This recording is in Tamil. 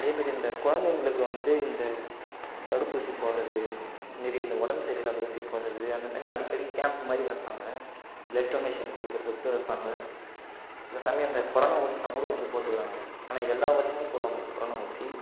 அதே மாரி இந்த குழந்தைங்களுக்கு வந்து இந்த தடுப்பூசி போடுறது இந்த மாரி இந்த உடம்பு சரியில்லாத ஊசியை போடுறது அந்த மாரிலாம் அடிக்கடி கேம்ப் மாதிரி வைப்பாங்க ப்ளட் டொனேஷன் கொடுக்குறதுக்கூட வைப்பாங்க சில சமயம் இந்த கொரானா ஊசியெலாம் கூட வந்து போட்டுருக்குறாங்க ஆனால் எல்லாம் வருஷமும் போடுவாங்க கொரானா ஊசி